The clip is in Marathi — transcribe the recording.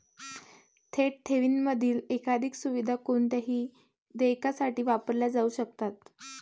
थेट ठेवींमधील एकाधिक सुविधा कोणत्याही देयकासाठी वापरल्या जाऊ शकतात